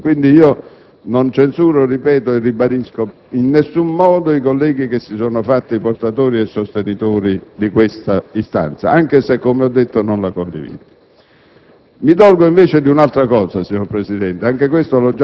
tutte le istanze e le sollecitazioni. Quindi, ribadisco che non censuro in nessun modo i colleghi che si sono fatti portatori e sostenitori di questa istanza, anche se, come ho detto, non la condivido.